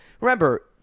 remember